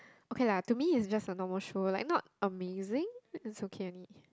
okay lah to me it's just a normal show like not amazing it's okay only